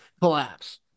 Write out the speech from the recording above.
Collapse